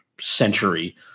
century